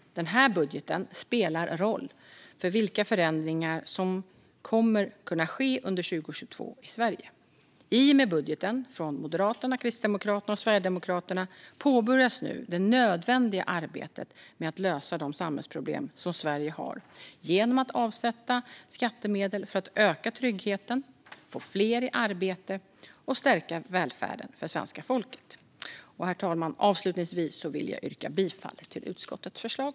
Denna budget spelar roll för vilka förändringar som kommer att ske under 2022 i Sverige. I och med budgeten från Moderaterna, Kristdemokraterna och Sverigedemokraterna påbörjas nu det nödvändiga arbetet med att lösa de samhällsproblem som Sverige har genom att avsätta skattemedel för att öka tryggheten, få fler i arbete och stärka välfärden för svenska folket. Herr talman! Avslutningsvis vill jag yrka bifall till utskottets förslag.